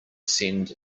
send